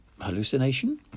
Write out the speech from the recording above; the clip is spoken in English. hallucination